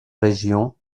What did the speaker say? région